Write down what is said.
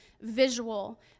visual